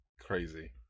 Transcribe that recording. crazy